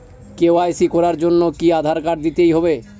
KYC করার জন্য কি আধার কার্ড দিতেই হবে?